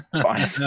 Fine